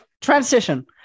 Transition